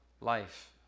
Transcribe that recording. life